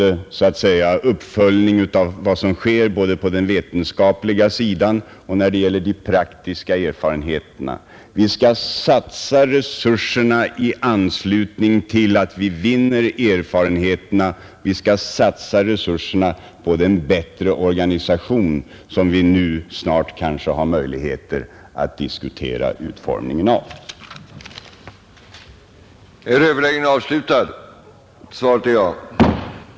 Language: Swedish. Vi har också en kontinuerlig uppföljning av vad som sker både på Onsdagen den den vetenskapliga sidan och när det gäller de praktiska erfarenheterna. Vi 10 mars 1971 skall satsa resurserna i anslutning till forskningens rön och de erfarenhe Förordningom ter vi gör, och vi skall satsa dem på den bättre organisation som vi kanske — särskilt investerings snart har möjligheter att diskutera utformningen av. avdrag vid taxering till statlig inkomst Överläggningen var härmed slutad.